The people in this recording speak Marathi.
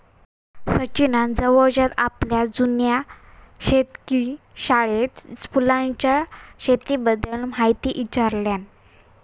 सचिनान जवळच्याच आपल्या जुन्या शेतकी शाळेत फुलांच्या शेतीबद्दल म्हायती ईचारल्यान